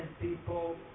people